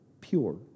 Pure